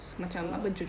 oh